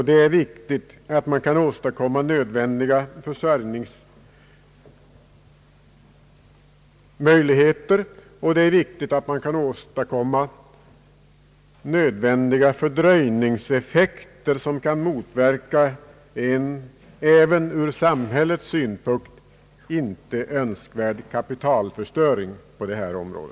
Det är viktigt att man kan åstadkomma nödvändiga försörjningsmöjligheter, och det är viktigt att man kan åstadkomma fördröjningseffekter som motverkar en även ur samhällets synpunkt inte önskvärd kapitalförstöring på detta område.